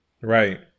Right